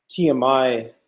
TMI